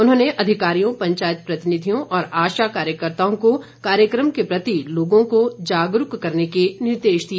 उन्होंने अधिकारियों पंचायत प्रतिनिधियों और आशा कार्यकताओं को कार्यकम के प्रति लोगों को जागरूक करने के निर्देश दिए